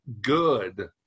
good